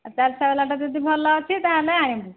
ଆଉ ଚାରି ଶହବାଲାଟା ଯଦି ଭଲ ଅଛି ତା'ହେଲେ ଆଣିବୁ